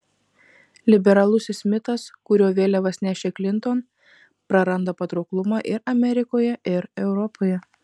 liberalusis mitas kurio vėliavas nešė klinton praranda patrauklumą ir amerikoje ir europoje